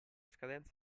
scadenza